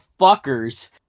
fuckers